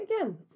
again